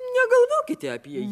negalvokite apie jį